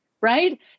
right